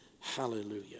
Hallelujah